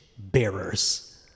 Bearers